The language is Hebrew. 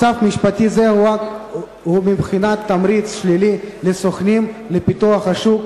מצב משפטי זה הוא בבחינת תמריץ שלילי לסוכנים לפיתוח השוק,